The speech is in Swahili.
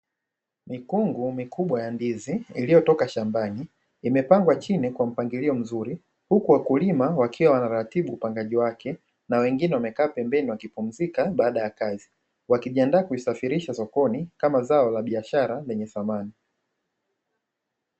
Mikungu mikubwa ya ndizi iliyotoka shamabni imepangwa chini kwa kwa mpangilio mzuri, huku wakulima wakiwa wanaratibu upandaji wake na wengine wakiwa wamekaa pembeni wakipumzika baada ya kazi wakijiandaa kulisafirsha sokoni kama zao la biashara lenye thamani.